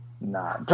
Nah